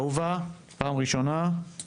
שמי נפש אהובה ואני מירושלים,